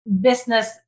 business